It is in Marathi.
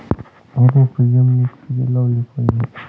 रोपे जमिनीत कधी लावली पाहिजे?